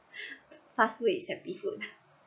fast food is happy foods